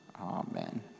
Amen